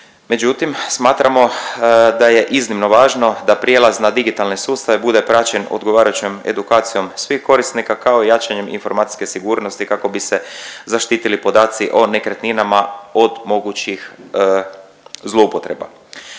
Međutim, smatramo da je iznimno važno da prijelaz na digitalne sustave bude praćen odgovarajućom edukacijom svih korisnika kao i jačanjem informacijske sigurnosti kako bi se zaštitili podaci o nekretninama od mogućih zloupotreba.